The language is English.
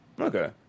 Okay